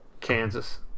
Kansas